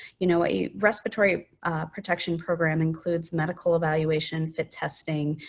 you know, a respiratory protection program includes medical evaluation, fit testing,